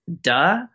duh